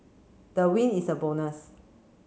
the win is a bonus